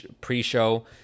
pre-show